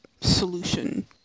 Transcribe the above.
solution